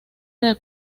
del